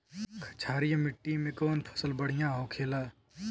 क्षारीय मिट्टी में कौन फसल बढ़ियां हो खेला?